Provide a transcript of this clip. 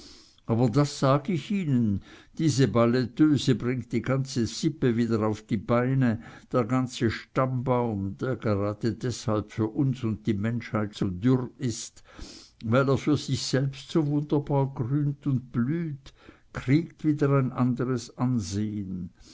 aber das sag ich ihnen diese balletteuse bringt die ganze sippe wieder auf die beine der ganze stammbaum der gerade deshalb für uns und die menschheit so dürr ist weil er für sich selbst so wunderbar grünt und blüht kriegt wieder ein andres ansehn